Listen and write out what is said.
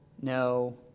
no